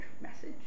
message